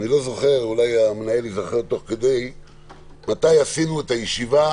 אולי המנהל ייזכר תוך כדי מתי קיימנו את הישיבה